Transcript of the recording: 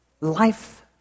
life